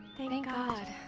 thank god!